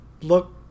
look